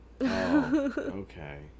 Okay